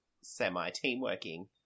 semi-teamworking